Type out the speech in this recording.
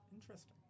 Interesting